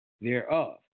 thereof